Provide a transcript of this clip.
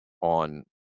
on